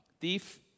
thief